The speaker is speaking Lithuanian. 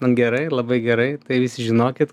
nu gerai labai gerai tai visi žinokit